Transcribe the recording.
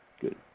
Good